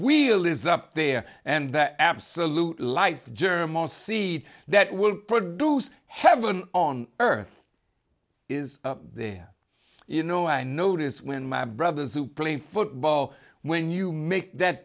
wheel is up there and that absolute life germ or seed that will produce heaven on earth is there you know i notice when my brothers who play football when you make that